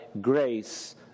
grace